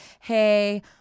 hey –